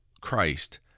Christ